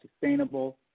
sustainable